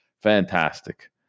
fantastic